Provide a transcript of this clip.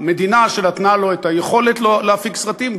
המדינה שנתנה לו את היכולת להפיק סרטים,